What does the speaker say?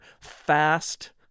fast